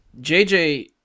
JJ